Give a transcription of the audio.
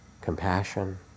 compassion